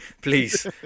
please